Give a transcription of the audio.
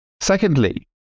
Secondly